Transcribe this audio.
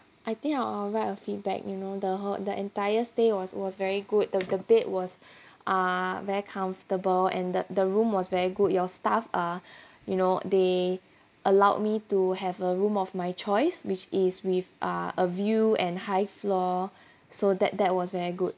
I think I'll write a feedback you know the whole the entire stay was was very good the the bed was uh very comfortable and the the room was very good your staff uh you know they allowed me to have a room of my choice which is with uh a view and high floor so that that was very good